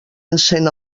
encén